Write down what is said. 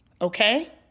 Okay